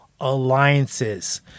alliances